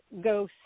go